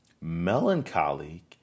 melancholy